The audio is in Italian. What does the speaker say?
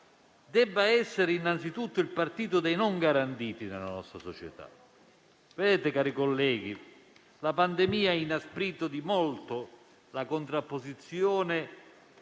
debba essere innanzitutto quello dei non garantiti nella nostra società. Vedete, cari colleghi, la pandemia ha inasprito di molto la contrapposizione,